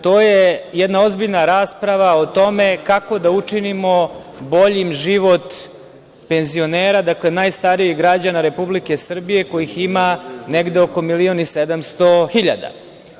To je jedna ozbiljna rasprava o tome kako da učinimo boljim život penzionera, ddakle, najstarijih građana Republike Srbije, kojih ima negde oko 1.700.000.